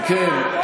אם כן,